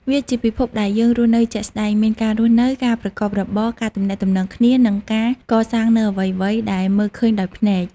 វាជាពិភពដែលយើងរស់នៅជាក់ស្តែង មានការរស់នៅ ការប្រកបរបរ ការទំនាក់ទំនងគ្នា និងការកសាងនូវអ្វីៗដែលមើលឃើញដោយភ្នែក។